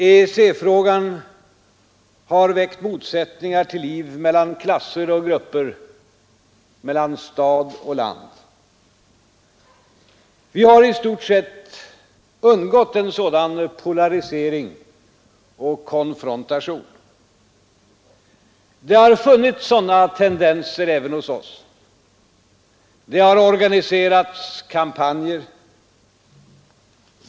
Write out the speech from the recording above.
EEC frågan har väckt motsättningar till liv mellan klasser och grupper, mellan stad och land. Vi har i stort sett undgått en sådan polarisering och konfrontation. Det har funnits sådana tendenser även hos oss. Det har organiserats kampanjer.